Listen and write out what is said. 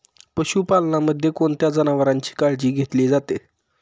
पशुपालनामध्ये कोणत्या जनावरांची काळजी घेतली जाते?